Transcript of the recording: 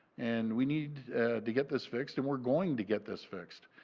and we need to get this fixed and we are going to get this fixed.